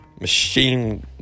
machine